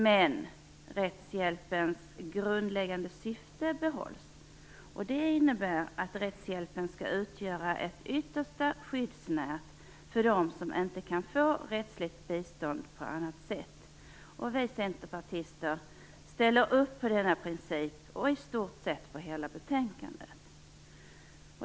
Men rättshjälpens grundläggande syfte behålls. Det innebär att rättshjälpen skall utgöra ett yttersta skyddsnät för den som inte kan få rättsligt bistånd på annat sätt. Vi centerpartister ställer upp på denna princip och i stort sett på hela betänkandet.